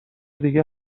دیگه